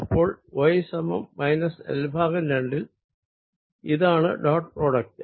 അപ്പോൾ y സമം minus L ഭാഗം രണ്ടിൽ ഇതാണ് ഡോട്ട് പ്രോഡക്ട്